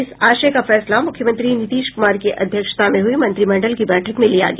इस आशय का फैसला मुख्यमंत्री नीतीश कुमार की अध्यक्षता में हुई मंत्रिमंडल की बैठक में लिया गया